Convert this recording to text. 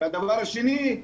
והדבר השני,